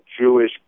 Jewish